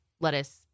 lettuce